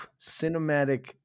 cinematic